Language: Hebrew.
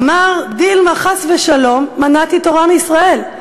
אמר: דלמא חס ושלום מנעתי תורה מישראל.